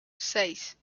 seis